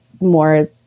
more